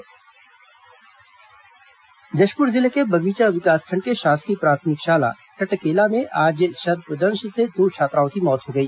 सर्पदंश मौत जशपुर जिले के बगीचा विकासखंड के शासकीय प्राथमिक शाला टटकेला में आज सर्पदंश से दो छात्राओं की मौत हो गई